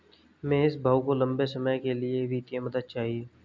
महेश भाऊ को लंबे समय के लिए वित्तीय मदद चाहिए